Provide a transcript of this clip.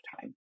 time